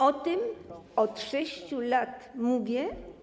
O tym od 6 lat mówię.